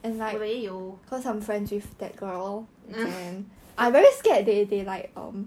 fail